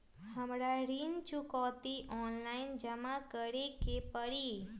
हमरा ऋण चुकौती ऑनलाइन जमा करे के परी?